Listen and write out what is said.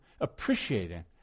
appreciating